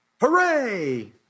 hooray